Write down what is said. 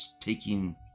taking